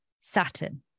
saturn